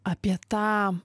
apie tą